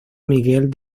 miguel